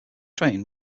trained